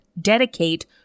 dedicate